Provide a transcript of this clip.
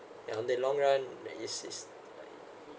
on the long run this is